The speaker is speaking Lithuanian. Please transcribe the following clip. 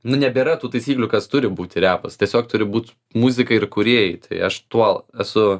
nu nebėra tų taisyklių kas turi būti repas tiesiog turi būt muzika ir kūrėjai tai aš tuo esu